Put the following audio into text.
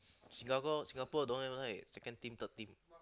Singapore Singapore don't even have second team third team